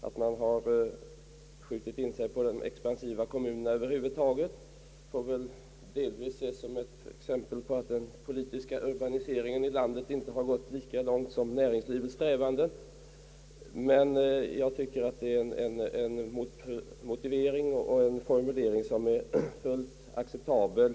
Att man har skjutit in sig på de expansiva kommunerna över huvud taget får väl delvis ses som ett exempel på att den politiska urbaniseringen i landet inte har gått lika långt som näringslivets strävanden, men jag tycker att det är en motivering och en formulering som är fullt acceptabel.